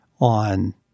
on